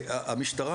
המשטרה